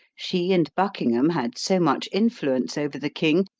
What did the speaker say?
she and buckingham had so much influence over the king,